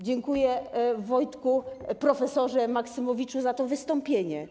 Dziękuję, Wojtku, prof. Maksymowicz, za to wystąpienie.